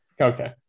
Okay